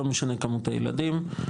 לא משנה כמות הילדים,